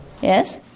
yes